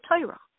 Torah